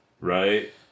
Right